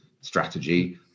strategy